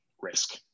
risk